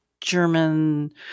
German